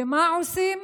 ומה עושים